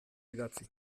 idatzi